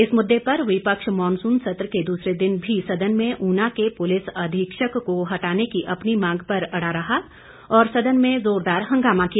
इस मुद्दे पर विपक्ष मॉनसून सत्र के दूसरे दिन भी सदन में ऊना के पुलिस अधीक्षक को हटाने की अपनी मांग पर अड़ा रहा और सदन में जोरदार हंगामा किया